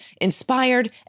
inspired